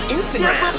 Instagram